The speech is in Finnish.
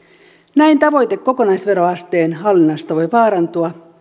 näin tavoite kokonaisveroasteen hallinnasta voi vaarantua